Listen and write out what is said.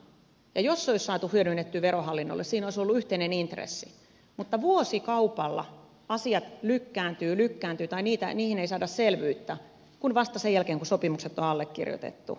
jos se olisi saatu hyödynnettyä verohallinnolle siinä olisi ollut yhteinen intressi mutta vuosikaupalla asiat lykkääntyvät lykkääntyvät tai niihin ei saada selvyyttä kuin vasta sen jälkeen kun sopimukset on allekirjoitettu